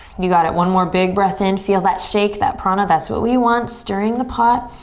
you got it. one more big breath in. feel that shake, that prana, that's what we want, stirring the pot.